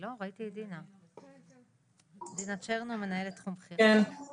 דינה צ'רנו, מנהלת תחום בכירה משרד הבריאות.